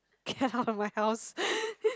get out of my house